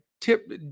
tip